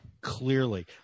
clearly